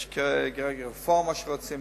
יש כרגע רפורמה שרוצים,